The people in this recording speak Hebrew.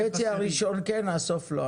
החצי הראשון כן, הסוף לא.